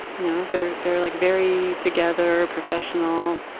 you know. they they are like very together, professional,